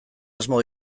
asmo